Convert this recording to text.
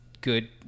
good